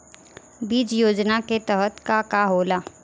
बीज योजना के तहत का का होला?